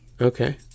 Okay